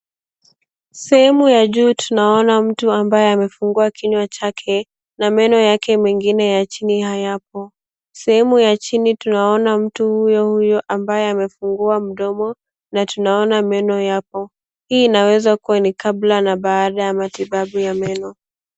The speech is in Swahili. Sehemu ya juu tunaona mtu ambaye amefungua kinywa chake na meno yake mengine ya chini hayapo. Sehemu ya chini tunaona mtu huyo huyo ambaye amefungua mdomo na tunaona meno yapo. Hii inaweza kuwa ni kabla na baada ya matibabu ya meno.